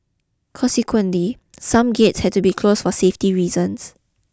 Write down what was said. consequently some gates had to be closed for safety reasons